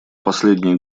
последний